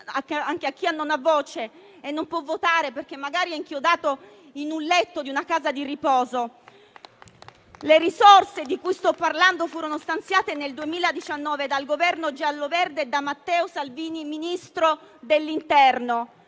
anche a chi non ha voce e non può votare perché magari è inchiodato nel letto di una casa di riposo. Le risorse di cui sto parlando furono stanziate nel 2019 dal Governo giallo-verde e da Matteo Salvini, allora ministro dell'interno.